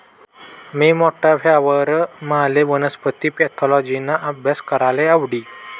मी मोठा व्हवावर माले वनस्पती पॅथॉलॉजिना आभ्यास कराले आवडी